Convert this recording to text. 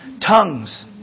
Tongues